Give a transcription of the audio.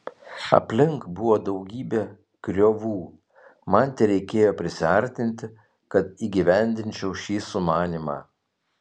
aplink buvo daugybė griovų man tereikėjo prisiartinti kad įgyvendinčiau šį sumanymą